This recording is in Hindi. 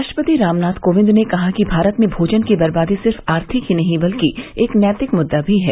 राष्ट्रपति रामनाथ कोविंद ने कहा कि भारत में भोजन की बर्बादी सिर्फ आर्थिक ही नहीं बल्कि एक नैतिक मुद्दा भी है